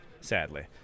sadly